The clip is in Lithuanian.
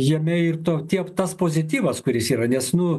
jame ir to tie tas pozityvas kuris yra nes nu